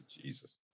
jesus